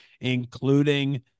including